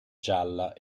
gialla